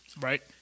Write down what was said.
Right